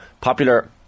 popular